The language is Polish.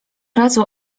razu